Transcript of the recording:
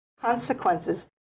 consequences